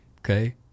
Okay